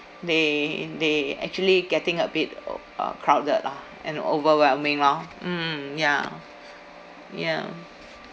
they they actually getting a bit o~ uh crowded lah and overwhelming lor mm ya ya